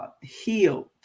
healed